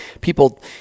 people